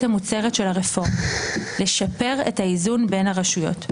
המוצהרת של הרפורמה לשפר את האיזון בין הרשויות.